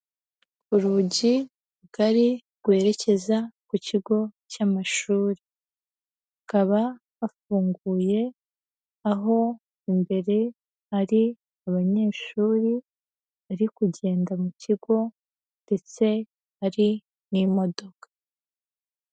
Urugi rugari rwerekeza ku kigo cy'amashuri, hakaba hafunguye aho imbere hari abanyeshuri bari kugenda mu kigo ndetse hari n'imodoka.